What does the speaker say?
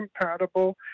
compatible